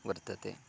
वर्तन्ते